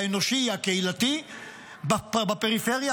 האנושי והקהילתי בפריפריה,